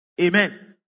Amen